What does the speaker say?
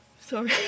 sorry